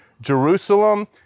Jerusalem